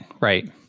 Right